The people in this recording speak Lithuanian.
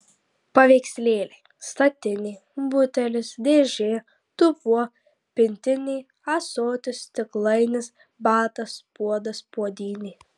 paveikslėliai statinė butelis dėžė dubuo pintinė ąsotis stiklainis batas puodas puodynė